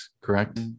correct